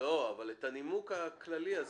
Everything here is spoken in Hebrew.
לא, אני שואל לגבי הנימוק הכללי הזה.